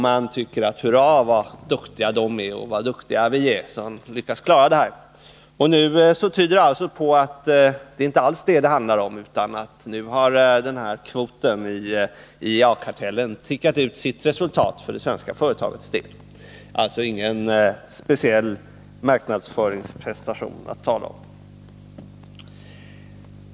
Man tycker: Hurra, vad duktiga de är och vad duktiga vi är som lyckats klara det här. Nu tyder alltså allt på att det inte alls är det saken handlar om, utan nu har IEA-kartellen skickat ut sitt resultat när det gäller kvoten för det svenska företagets del. Det är alltså inte fråga om någon marknadsföringsprestation att tala om.